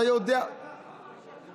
אתה יודע, עשינו הוראת שעה.